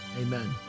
Amen